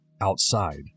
Outside